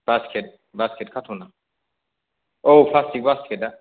basket basket कार्टुना औ plastic बासकेटा